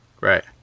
Right